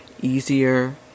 easier